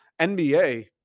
NBA